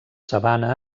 sabana